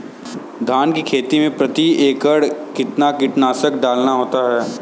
धान की खेती में प्रति एकड़ कितना कीटनाशक डालना होता है?